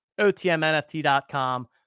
otmnft.com